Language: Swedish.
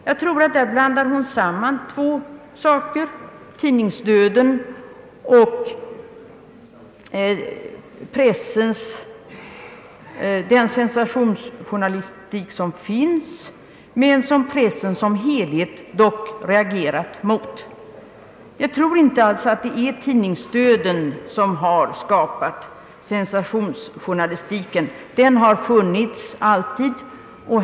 Jag tror att hon där blandar samman två saker: tidningsdöden och den sensationsjournalistik som finns men som pressen i sin helhet reagerar mot. Det är inte tidningsdöden som har skapat sensationsjournalistiken — en sådan har alltid funnits.